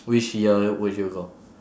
which year would you go